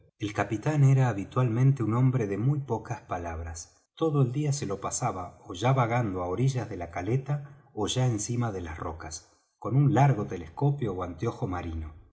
el capitán era habitualmente un hombre de muy pocas palabras todo el día se lo pasaba ya vagando á orillas de la caleta ó ya encima de las rocas con un largo telescopio ó anteojo marino